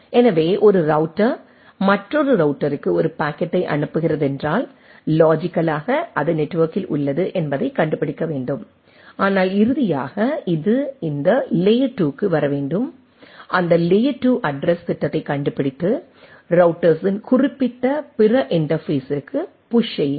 எனவே ஒரு ரௌட்டர் மற்றொரு ரௌட்டர்க்கு ஒரு பாக்கெட்டை அனுப்புகிறதென்றால்லாஜிக்கலாக அது நெட்வொர்க்கில் உள்ளது என்பதைக் கண்டுபிடிக்க வேண்டும் ஆனால் இறுதியாக இது இந்த லேயர் 2 க்கு வர வேண்டும் அந்த லேயர் 2 அட்ரஸ்த் திட்டத்தைக் கண்டுபிடித்து ரௌட்டர்யின் குறிப்பிட்ட பிற இன்டர்பேஸ்ஸிற்க்கு புஷ் செய்யுங்கள்